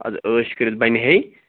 اَدٕ ٲش کٔرِتھ بنہِ ہے